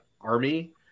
army